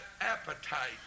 appetite